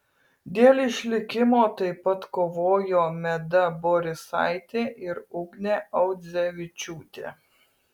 dėl išlikimo taip pat kovojo meda borisaitė ir ugnė audzevičiūtė